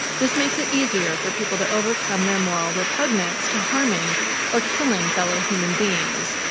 this makes it easier for people to overcome their moral repugnance to harming or killing fellow human beings,